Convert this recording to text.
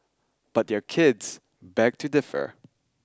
but their kids beg to differ